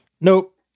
Nope